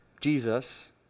Jesus